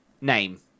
name